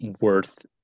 worth